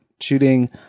shooting